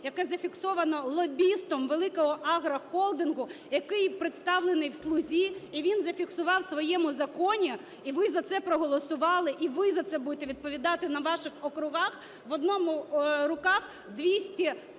яке зафіксовано лобістом великого агрохолдингу, який представлений в "Слузі". І він зафіксував в своєму законі, і ви за це проголосували, і ви за це будете відповідати на ваших округах, в одних руках 210 тисяч